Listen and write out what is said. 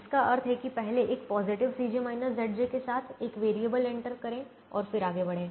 जिसका अर्थ है कि पहले एक पॉजिटिव के साथ एक वैरिएबल इंटर करें और फिर आगे बढ़ें